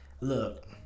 Look